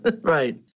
Right